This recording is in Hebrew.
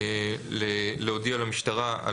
בפסקה (1),